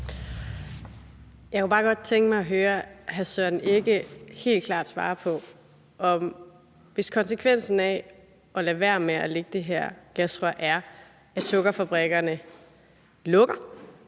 Jeg kunne bare godt tænke mig at høre ordføreren svare helt klart på en ting: Hvis konsekvensen af at lade være med at lægge det her gasrør er, at sukkerfabrikkerne lukker